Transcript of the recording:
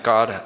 God